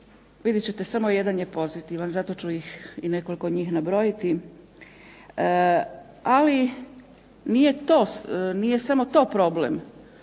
Vidjet ćete samo je jedan pozitivan zato ću nekoliko njih i nabrojiti. Ali nije samo to problem,